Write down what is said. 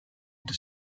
into